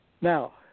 Now